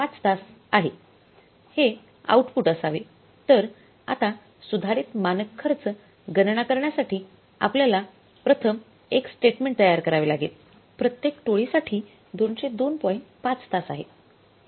५ तास आहे हे आऊटपुट असावे